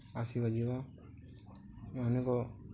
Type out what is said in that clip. ଆସିବା ଯିବା ଅନେକ